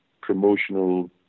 promotional